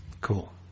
Cool